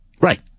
Right